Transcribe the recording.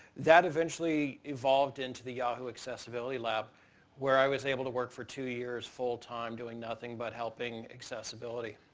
that eventually evolved into the yahoo accessibility lab where i was able to work for two years full time doing nothing but helping accessibility.